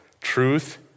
Truth